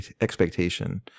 expectation